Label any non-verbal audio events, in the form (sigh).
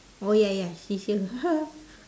oh ya ya she's here (laughs)